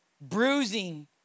Bruising